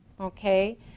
Okay